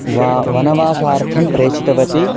वा वनवासार्थं प्रेषितवती